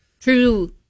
true